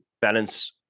balance